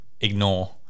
ignore